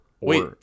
Wait